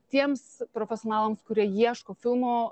tiems profesionalams kurie ieško filmų